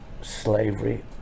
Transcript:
Slavery